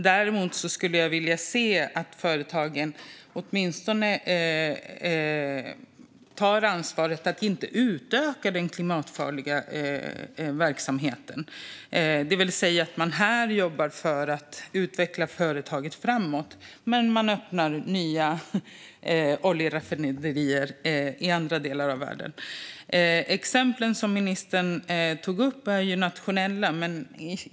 Däremot skulle jag vilja se att företagen åtminstone tar ansvaret att inte utöka den klimatfarliga verksamheten, det vill säga att man inte här jobbar för att utveckla företaget framåt samtidigt som man öppnar nya oljeraffinaderier i andra delar av världen. Exemplen som ministern tog upp är nationella.